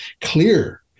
clear